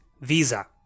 visa